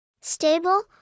Stable